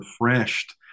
refreshed